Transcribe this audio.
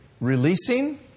releasing